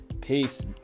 Peace